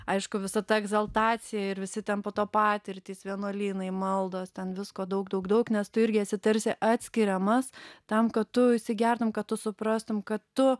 aišku visa ta egzaltacija ir visi ten po to patirtys vienuolynai maldos ten visko daug daug daug nes tu irgi esi tarsi atskiriamas tam kad tu įsigertum kad tu suprastum kad tu